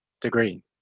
degree